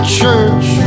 church